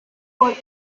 por